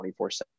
24-7